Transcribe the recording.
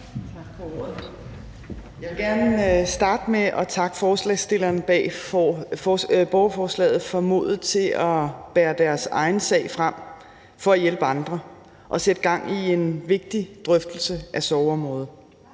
Jeg vil gerne starte med at takke forslagsstillerne bag borgerforslaget for modet til at bære deres egen sag frem for at hjælpe andre og sætte gang i en vigtig drøftelse af sorgområdet.